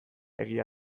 egia